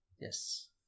Yes